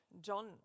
John